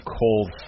cold